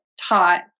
taught